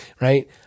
right